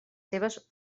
seves